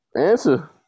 Answer